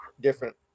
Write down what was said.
different